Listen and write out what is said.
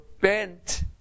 bent